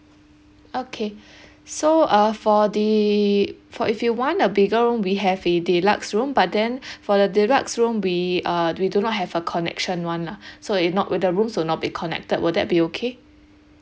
okay so uh for the for if you want a bigger room we have a deluxe room but then for the deluxe room we uh we do not have a connection one lah so it not with the rooms will not be connected will that be okay